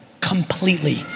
completely